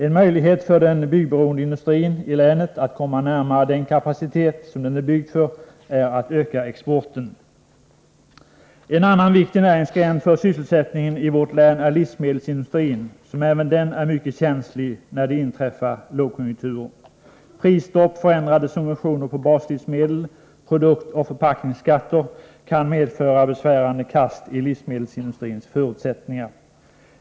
En möjlighet för den byggberoende industrin i länet att komma närmare den kapacitet som den är dimensionerad för är att öka exporten. En annan viktig näringsgren för sysselsättningen i vårt län är livsmedelsindustrin, som även den är mycket känslig för lågkonjunkturer. Prisstopp, förändrade subventioner på baslivsmedel, produktoch förpackningsskatter kan medföra besvärande kast i livsmedelsindustrins förutsättningar.